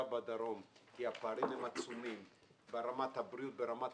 בדרום כי הפערים הם עצומים ברמת הבריאות וברמת